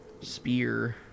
Spear